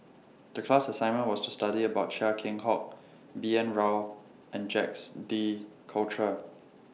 The class assignment was to study about Chia Keng Hock B N Rao and Jacques De Coutre